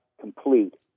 complete